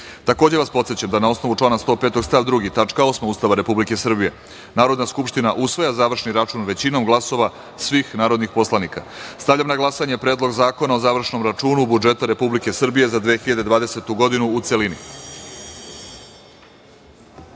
celini. Takođe vas podsećam da, na osnovu člana 105. stav 2. tačka 8) Ustava Republike Srbije, Narodna skupština usvaja završni račun većinom glasova svih narodnih poslanika. Stavljam na glasanje Predlog zakona o završnom računu budžeta Republike Srbije za 2020. godinu, u